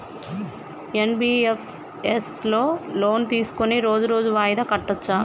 NBFS లో loan తీస్కొని రోజు రోజు వాయిదా కట్టచ్ఛా?